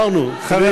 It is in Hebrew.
גמרנו, חברים.